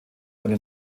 eine